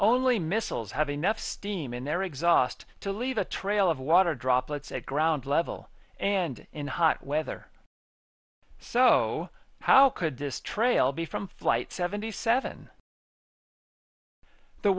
only missiles have enough steam in their exhaust to leave a trail of water droplets at ground level and in hot weather so how could this trail be from flight seventy seven the